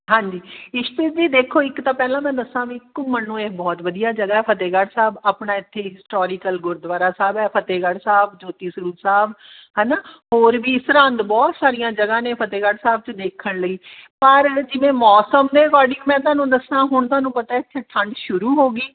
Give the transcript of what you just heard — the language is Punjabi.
ਹਾਂਜੀ ਇਸ਼ਪ੍ਰੀਤ ਜੀ ਦੇਖੋ ਇੱਕ ਤੋਂ ਪਹਿਲਾਂ ਮੈਂ ਦੱਸਾਂ ਵੀ ਘੁੰਮਣ ਨੂੰ ਇਹ ਬਹੁਤ ਵਧੀਆ ਜਗ੍ਹਾ ਫਤਿਹਗੜ੍ਹ ਸਾਹਿਬ ਆਪਣਾ ਇੱਥੇ ਹਿਸਟੋਰੀਕਲ ਗੁਰਦੁਆਰਾ ਸਾਹਿਬ ਫਤਿਹਗੜ੍ਹ ਸਾਹਿਬ ਜੋਤੀ ਸਰੂਪ ਸਾਹਿਬ ਹੈ ਨਾ ਹੋਰ ਵੀ ਸਰਹੰਦ ਬਹੁਤ ਸਾਰੀਆਂ ਜਗ੍ਹਾ ਨੇ ਫਤਿਹਗੜ੍ਹ ਸਾਹਿਬ 'ਚ ਦੇਖਣ ਲਈ ਪਰ ਜਿਵੇਂ ਮੌਸਮ ਨੇ ਤੁਹਾਡੀ ਮੈਂ ਤੁਹਾਨੂੰ ਦੱਸਾਂ ਹੁਣ ਤੁਹਾਨੂੰ ਪਤਾ ਇੱਥੇ ਠੰਡ ਸ਼ੁਰੂ ਹੋ ਗਈ